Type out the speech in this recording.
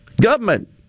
Government